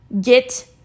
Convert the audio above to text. get